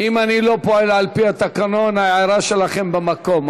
אם אני לא פועל על פי התקנון, ההערה שלכם במקום.